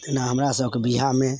एना हमरा सबके बिआहमे